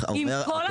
הכבוד.